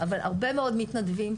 אבל הרבה מאוד מתנדבים.